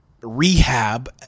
rehab